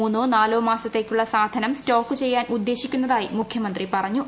മൂന്നോ നാലോ മാസത്തേക്കുള്ള സാധനം സ്റ്റോക്ക് ചെയ്യാൻ ഉദ്ദേശിക്കുന്നതായി മുഖ്യമന്ത്രി പറഞ്ഞു